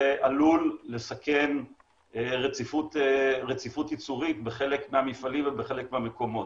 זה עלול לסכן רציפות ייצורית בחלק מהמפעלים ובחלק מהמקומות.